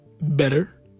better